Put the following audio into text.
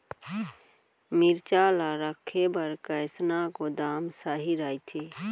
मिरचा ला रखे बर कईसना गोदाम सही रइथे?